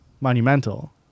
Monumental